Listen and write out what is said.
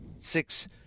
six